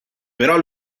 però